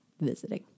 visiting